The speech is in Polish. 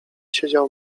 siedział